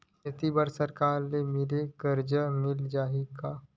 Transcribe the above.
खेती बर सरकार ले मिल कर्जा मिल जाहि का?